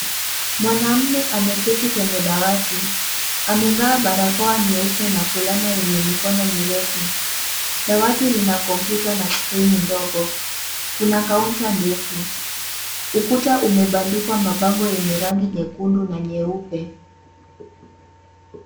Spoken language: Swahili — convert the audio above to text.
Mwanaume ameketi kwenye dawati amevaa barakoa nyeupe na fulana yenye mikono mirefu. Dawati lina kompyuta na skrini ndogo. Kuna kaunta ndefu. Ukuta umebandikwa mabango yenye rangi nyekundu na nyeupe.